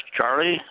Charlie